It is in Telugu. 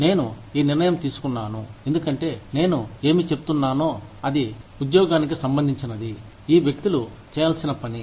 నేను ఈ నిర్ణయం తీసుకున్నాను ఎందుకంటే నేను ఏమి చెప్తున్నానో అది ఉద్యోగానికి సంబంధించినది ఈ వ్యక్తులు చేయాల్సిన పని